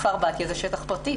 כפר בתיה זה שטח פרטי.